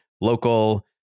local